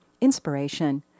inspiration